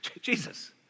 Jesus